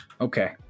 Okay